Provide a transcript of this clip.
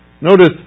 Notice